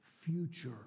future